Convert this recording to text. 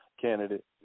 candidate